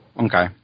Okay